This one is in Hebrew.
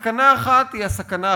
הסכנה האחת היא הסכנה החברתית-כלכלית.